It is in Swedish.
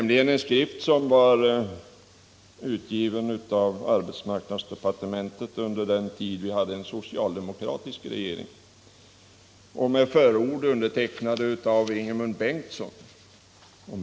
Det är en skrift som utgavs av arbetsmarknadsdepartementet under den tid när vi hade en socialdemokratisk regering, och den har ett förord undertecknat av Ingemund Bengtsson.